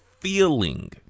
feeling